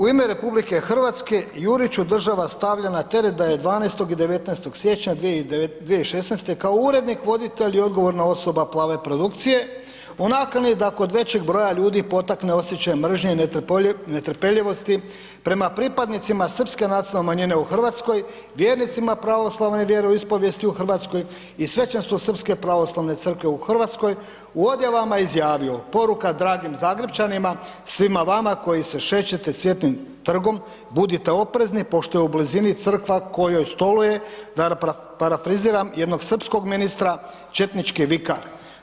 U ime RH, Jurić održava i stavlja na teret da je 12. i 19. siječnja 2016. kao urednik, voditelj i odgovorna osoba Plave produkcije u nakani da kod većeg broja ljudi potakne osjećaj mržnje i netrpeljivosti, prema pripadnicima srpske nacionalne manjine u Hrvatskoj, vjernicima pravoslavne vjeroispovijesti u Hrvatskoj i svećenstvo srpske pravoslavne crkve u Hrvatskoj, u odjavama izjavio poruka dragim Zagrepčanima, svima vama koji se šećete Cvjetnim trgom, budite oprezni pošto je u blizini u kojoj stoluje da parafraziram jednog srpskog ministra, četnički vikar.